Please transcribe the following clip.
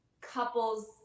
couples